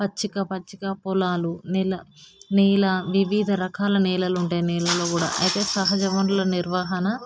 పచ్చిక పచ్చిక పొలాలు నెల నేల వివిధ రకాల నేలలు ఉంటాయి నేలలో కూడా అయితే సహజ వనరుల నిర్వహణ